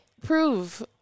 prove